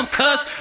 Cause